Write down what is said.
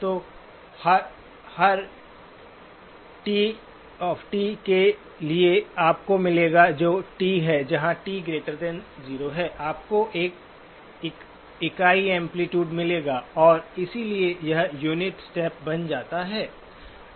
तो हर टी के लिए आपको मिलेगा जो t है जहाँ t 0 है आपको एक इकाई एम्पलीटूडे मिलेगा और इसलिए यह यूनिट स्टेप बन जाता है